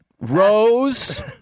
Rose